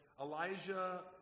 Elijah